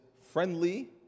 friendly